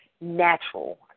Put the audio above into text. natural